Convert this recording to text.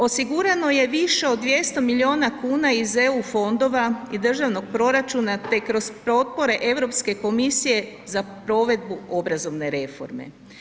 Osigurano je više od 200 miliona kuna iz EU fondova i državnog proračuna te kroz potpore Europske komisije za provedbu obrazovne reforme.